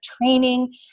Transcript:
training